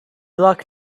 luck